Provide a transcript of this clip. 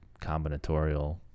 combinatorial